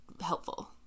helpful